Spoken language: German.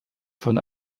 von